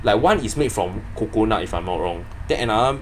like one is made from coconut if I'm not wrong that and another